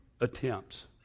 attempts